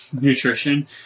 nutrition